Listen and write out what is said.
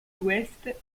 l’ouest